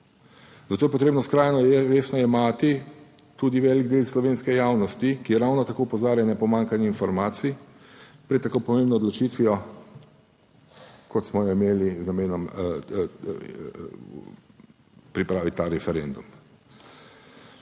Zato je potrebno skrajno resno jemati tudi velik del slovenske javnosti, ki ravno tako opozarja na pomanjkanje informacij pred tako pomembno odločitvijo. Kot smo jo imeli z namenom pripraviti ta referendum.